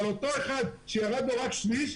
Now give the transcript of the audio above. אבל אותו אחד שירד לו רק שליש,